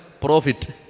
profit